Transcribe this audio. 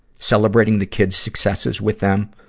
celebrating the kids' successes with them.